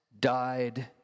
died